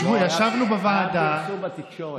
ישבנו בוועדה, היה פרסום בתקשורת.